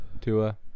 Tua